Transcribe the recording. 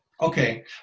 Okay